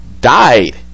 died